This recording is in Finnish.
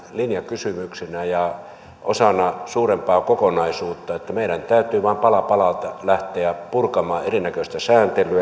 linjakysymyksenä ja osana suurempaa kokonaisuutta meidän täytyy vaan pala palalta lähteä purkamaan eri näköistä